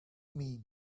mean